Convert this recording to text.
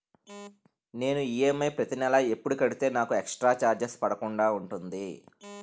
నేను ఈ.ఎమ్.ఐ ప్రతి నెల ఎపుడు కడితే నాకు ఎక్స్ స్త్ర చార్జెస్ పడకుండా ఉంటుంది?